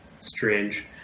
Strange